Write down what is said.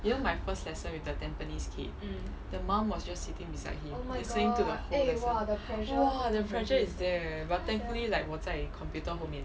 you know my first lesson with the tampines kid the mum was just sitting beside him listening to the whole lesson !wah! the pressure is there eh but thankfully like 我在 computer 后面